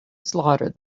slaughter